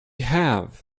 have